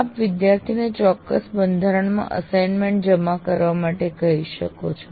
આપ વિદ્યાર્થીને ચોક્કસ બંધારણમાં અસાઈન્મેન્ટ જમા કરવા માટે કહી શકો છો